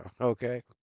okay